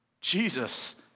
Jesus